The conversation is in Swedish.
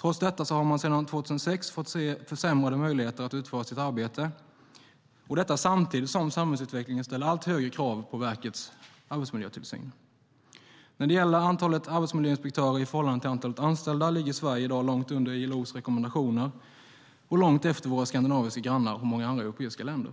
Trots detta har man sedan 2006 fått försämrade möjligheter att utföra sitt arbete samtidigt som samhällsutvecklingen ställer allt högre krav på verkets arbetsmiljötillsyn. När det gäller antalet arbetsmiljöinspektörer i förhållande till antalet anställda ligger Sverige i dag långt under ILO:s rekommendationer och långt efter våra skandinaviska grannar och många andra europeiska länder.